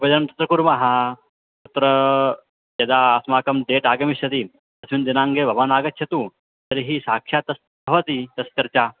वयं तत्र कुर्मः तत्र यदा अस्माकं डेट् आगमिष्यति तस्मिन् दिनाङ्के भवान् आगच्छतु तर्हि साक्षात् तस् भवति तस् चर्चा